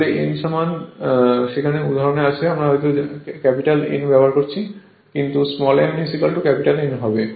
আসলে n সমান সেখানে উদাহরণ আছে আমরা হয়তো ক্যাপিটাল N ব্যবহার করেছি কিন্তু ছোট n ক্যাপিটাল N হবে